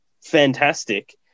fantastic